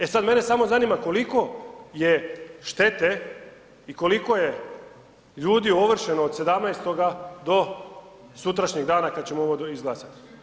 E sad mene samo zanima koliko je štete i koliko je ljudi ovršeno od 17. do sutrašnjeg dana kad ćemo ovo izglasati?